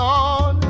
on